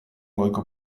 goiko